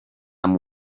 amb